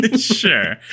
Sure